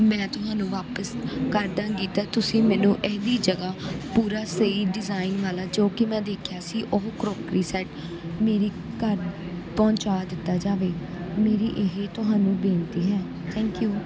ਮੈਂ ਤੁਹਾਨੂੰ ਵਾਪਸ ਕਰ ਦਾਂਗੀ ਤਾਂ ਤੁਸੀਂ ਮੈਨੂੰ ਇਹਦੀ ਜਗ੍ਹਾ ਪੂਰਾ ਸਹੀ ਡਿਜ਼ਾਇਨ ਵਾਲਾ ਜੋ ਕਿ ਮੈਂ ਦੇਖਿਆ ਸੀ ਉਹ ਕਰੋਕਰੀ ਸੈੱਟ ਮੇਰੇ ਘਰ ਪਹੁੰਚਾ ਦਿੱਤਾ ਜਾਵੇ ਮੇਰੀ ਇਹੀ ਤੁਹਾਨੂੰ ਬੇਨਤੀ ਹੈ ਥੈਂਕ ਯੂ